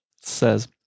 says